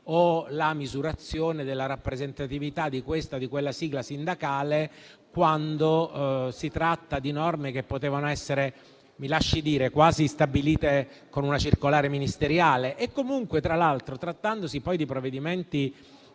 o la misurazione della rappresentatività di questa o di quella sigla sindacale, quando si tratta di norme che potevano essere quasi stabilite con una circolare ministeriale. Tra l'altro, trattandosi di provvedimenti